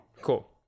Cool